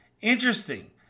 Interesting